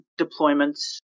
deployments